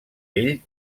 ell